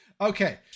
Okay